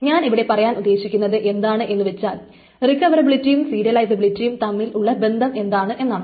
ഞാനിവിടെ പറയാൻ ഉദ്ദേശിക്കുന്നത് എന്താണെന്നു വച്ചാൽ റിക്കവറബിലിറ്റിയും സീരിയലിസബിലിറ്റിയും തമ്മിലുള്ള ബന്ധം എന്താണ് എന്നാണ്